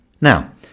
Now